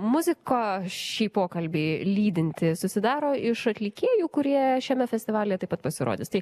muzika šį pokalbį lydinti susidaro iš atlikėjų kurie šiame festivalyje taip pat pasirodys tai